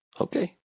Okay